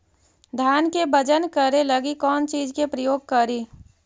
धान के बजन करे लगी कौन चिज के प्रयोग करि?